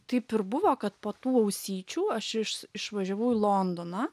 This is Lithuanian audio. taip ir buvo kad po tų ausyčių aš iš išvažiavau į londoną